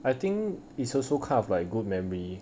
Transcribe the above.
I think it's also kind of like good memory